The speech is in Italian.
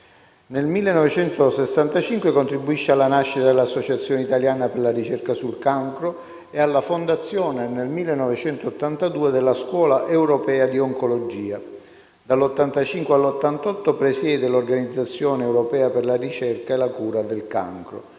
Nel 1965 contribuisce alla nascita dell'Associazione italiana per la ricerca sul cancro e alla fondazione, nel 1982, della Scuola europea di oncologia. Dal 1985 al 1988 presiede l'Organizzazione europea per la ricerca e la cura del cancro.